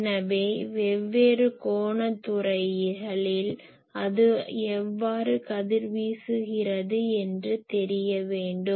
எனவே வெவ்வேறு கோணத் துறைகளில் அது எவ்வாறு கதிர்வீசுகிறது என்று தெரிய வேண்டும்